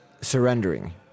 surrendering